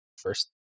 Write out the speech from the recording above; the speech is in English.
first